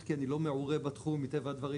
כי אני לא מעורה בתחום מטבע הדברים,